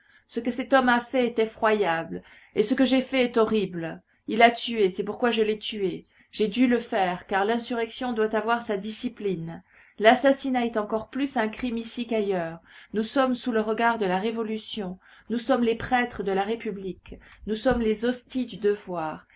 ce que cet homme a fait est effroyable et ce que j'ai fait est horrible il a tué c'est pourquoi je l'ai tué j'ai dû le faire car l'insurrection doit avoir sa discipline l'assassinat est encore plus un crime ici qu'ailleurs nous sommes sous le regard de la révolution nous sommes les prêtres de la république nous sommes les hosties du devoir